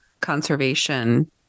conservation